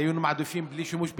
היינו מעדיפים בלי שימוש בכלל,